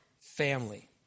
family